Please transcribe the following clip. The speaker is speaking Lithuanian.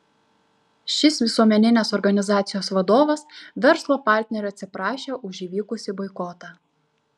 šis visuomeninės organizacijos vadovas verslo partnerių atsiprašė už įvykusį boikotą